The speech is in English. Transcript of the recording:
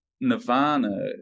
nirvana